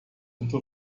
into